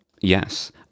Yes